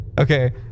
okay